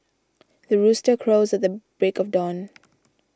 the rooster crows at the break of dawn